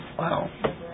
Wow